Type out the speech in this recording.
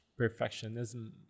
perfectionism